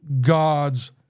God's